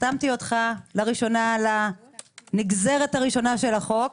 החתמתי אותך לראשונה על הנגזרת הראשונה של החוק,